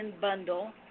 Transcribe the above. bundle